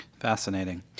Fascinating